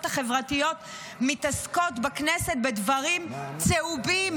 החברתיות מתעסקות בכנסת בדברים צהובים,